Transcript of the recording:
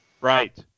Right